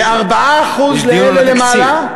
ו-4% לאלה למעלה,